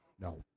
No